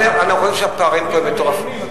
אני חושב שהפערים פה הם מטורפים.